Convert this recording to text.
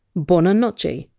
bona nochy,